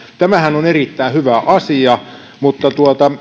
tämähän on erittäin hyvä asia mutta